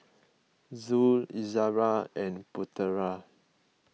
Zul Izara and Putera